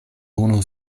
unu